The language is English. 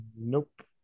nope